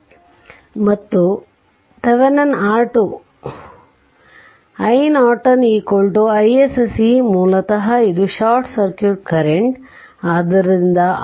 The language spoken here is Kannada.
ಅದು Thevenin R2 iNorton isc ಮೂಲತಃ ಇದು ಶಾರ್ಟ್ ಸರ್ಕ್ಯೂಟ್ ಕರೆಂಟ್ ಆಗಿದೆ